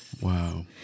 wow